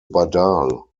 badal